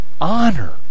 honor